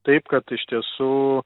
taip kad iš tiesų